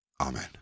Amen